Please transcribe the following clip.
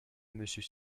monsieur